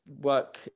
work